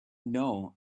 know